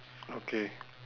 okay